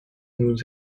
nous